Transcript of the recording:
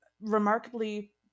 remarkably